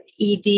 ed